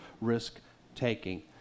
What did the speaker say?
risk-taking